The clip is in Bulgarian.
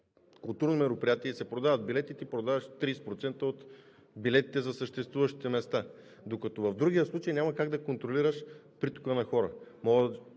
културно мероприятие и се продават билети, ти продаваш 30% от билетите на съществуващите места, докато в другия случай няма как да контролираш притока на хора.